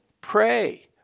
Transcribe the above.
pray